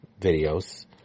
videos